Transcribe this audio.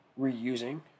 reusing